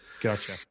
Gotcha